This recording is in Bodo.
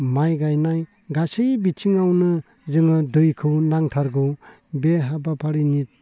माइ गायनाय गासै बिथिङावनो जोंनो दैखौ नांथारगौ बे हाबाफारिनि